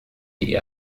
die